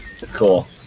Cool